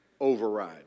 override